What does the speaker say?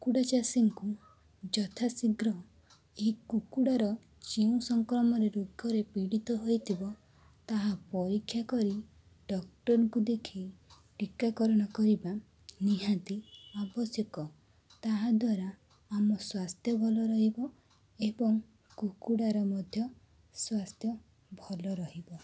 କୁକୁଡ଼ା ଚାଷୀଙ୍କୁ ଯଥାଶୀଘ୍ର ଏହି କୁକୁଡ଼ାର ଯେଉଁ ସଂକ୍ରମଣ ରୋଗରେ ପୀଡ଼ିତ ହୋଇଥିବ ତାହା ପରୀକ୍ଷା କରି ଡକ୍ଟରଙ୍କୁ ଦେଖାଇ ଟୀକାକରଣ କରିବା ନିହାତି ଆବଶ୍ୟକ ତାହାଦ୍ୱାରା ଆମ ସ୍ୱାସ୍ଥ୍ୟ ଭଲ ରହିବ ଏବଂ କୁକୁଡ଼ାର ମଧ୍ୟ ସ୍ୱାସ୍ଥ୍ୟ ଭଲ ରହିବ